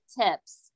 tips